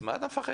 אז מה אתה מפחד?